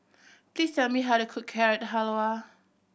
please tell me how to cook Carrot Halwa